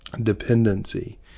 dependency